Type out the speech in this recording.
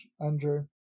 Andrew